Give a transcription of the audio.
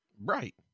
Right